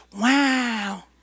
Wow